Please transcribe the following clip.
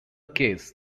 case